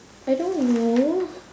I don't know